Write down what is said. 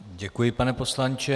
Děkuji, pane poslanče.